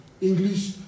English